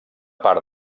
part